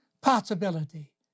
Possibility